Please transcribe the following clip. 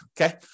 okay